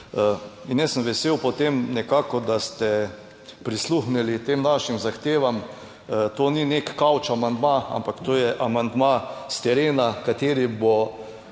In jaz sem vesel potem nekako, da ste prisluhnili tem našim zahtevam. To ni nek kavč amandma, ampak to je amandma s terena, kateri bo kar